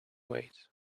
wait